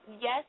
Yes